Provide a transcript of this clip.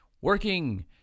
Working